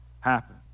Happen